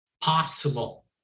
possible